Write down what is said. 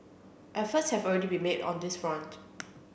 efforts have already been made on this front